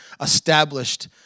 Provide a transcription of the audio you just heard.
established